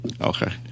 Okay